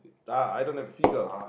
ah I don't have a seagull